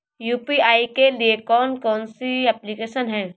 UPI के लिए कौन कौन सी एप्लिकेशन हैं?